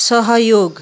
सहयोग